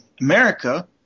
America